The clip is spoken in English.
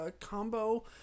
combo